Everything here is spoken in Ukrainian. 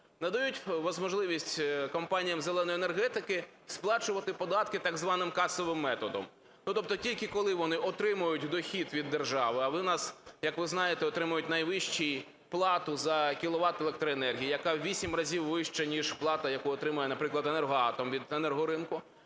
надають можливість компаніям "зеленої" енергетики сплачувати податки так званим касовим методом, тобто тільки коли вони отримують дохід від держави. А вони у нас, як ви знаєте, отримують найвищу плату за кіловат електроенергії, яка у вісім разів вища ніж плата, яку отримує, наприклад, Енергоатом від енергоринку,